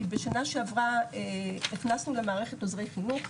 כי בשנה שעברה הכנסנו למערכת עוזרי חינוך,